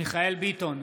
מיכאל מרדכי ביטון,